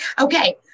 Okay